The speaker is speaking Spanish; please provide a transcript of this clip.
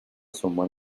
asomó